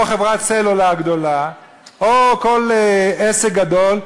או חברת סלולר גדולה או כל עסק גדול,